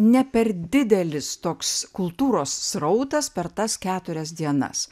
ne per didelis toks kultūros srautas per tas keturias dienas